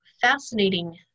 fascinating